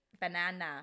Banana